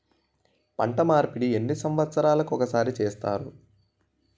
పంట మార్పిడి ఎన్ని సంవత్సరాలకి ఒక్కసారి చేస్తారు?